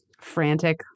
frantic